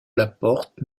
laporte